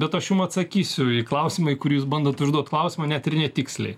bet aš jum atsakysiu į klausimą į kurį jūs bandot užduot klausimą net ir netiksliai